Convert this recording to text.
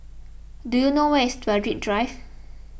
do you know where is Berwick Drive